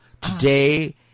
Today